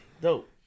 Dope